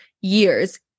years